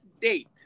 date